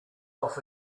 off